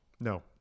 No